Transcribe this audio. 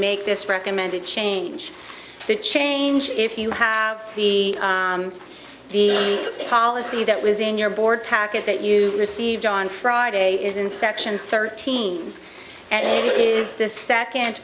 make this recommended change to change if you have the the policy that was in your board package that you received on friday is in section thirteen and it is the second